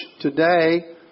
today